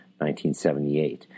1978